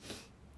the